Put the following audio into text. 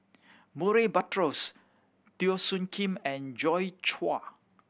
Murray Buttrose Teo Soon Kim and Joi Chua